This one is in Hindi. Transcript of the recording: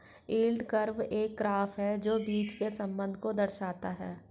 यील्ड कर्व एक ग्राफ है जो बीच के संबंध को दर्शाता है